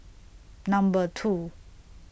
Number two